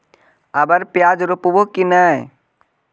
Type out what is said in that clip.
अबर प्याज रोप्बो की नय?